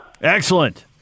Excellent